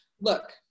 look